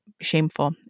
shameful